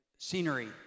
Scenery